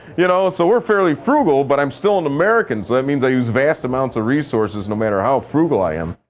you know ah so we're fairly frugal, but i'm still an american. so that means i use vast amounts of resources, no matter how frugal i am.